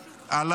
אדוני,